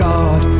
God